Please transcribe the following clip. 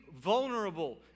vulnerable